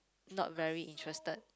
not very interested